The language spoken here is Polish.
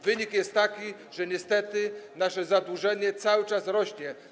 Wynik jest taki, że niestety nasze zadłużenie cały czas rośnie.